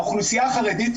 האוכלוסייה החרדית,